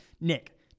Nick